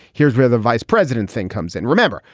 here's where the vice president thing comes in. remember,